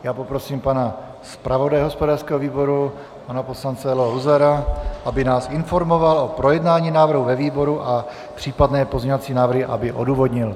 Já poprosím pana zpravodaje hospodářského výboru pana poslance Leo Luzara, aby nás informoval o projednání návrhu ve výboru a případné pozměňovací návrhy aby odůvodnil.